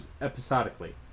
Episodically